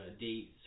dates